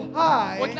high